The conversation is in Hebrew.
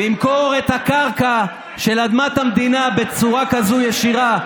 למכור את הקרקע של אדמת המדינה בצורה כזאת ישירה,